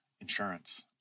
insurance